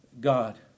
God